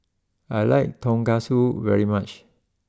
I like Tonkatsu very much